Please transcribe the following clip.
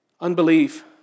Unbelief